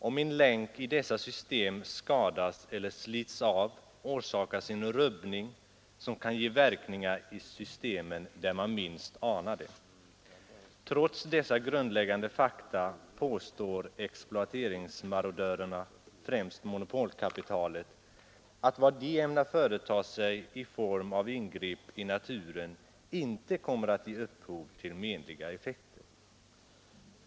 Om en länk i dess system skadas eller slits av orsakas en rubbning som kan ge verkningar i systemen där man minst anar det Trots dessa grundläggande fakta påstår exploateringsmarodörerna, främst monopolkapitalet, att vad de ämnar företa sig i form av ingrepp i naturen inte kommer att ge upphov till menliga effekter.